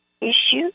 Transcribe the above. issues